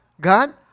God